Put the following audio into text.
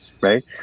right